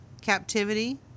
captivity